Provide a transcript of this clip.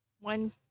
one